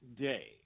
day